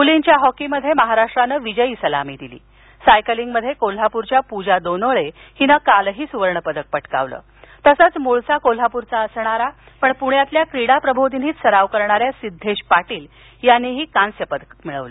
मुलींच्या हॉकीमध्ये महाराष्ट्रानं विजयी सलामी दिली सायकलींगमध्ये कोल्हापुरच्या पुजा दोनोळे हिनं कालही सुवर्णपदक पटकावलं तसच मुळचा कोल्हापुरचा असणारा पण पुण्यातल्या क्रीडा प्रबोधिनीत सराव करणा या सिद्धेश पाटील यानंही कांस्यपदक मिळवलं